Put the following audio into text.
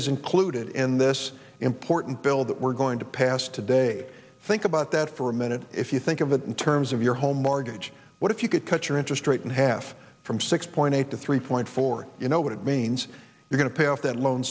is included in this important bill that we're going to pass today think about that for a minute if you think of it in terms of your home marge what if you could cut your interest rate in half from six point eight to three point four you know what it means you're going to pay off that loan